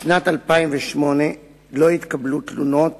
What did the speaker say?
בשנת 2008 לא התקבלו תלונות